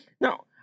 Now